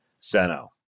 Seno